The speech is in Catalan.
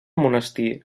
monestir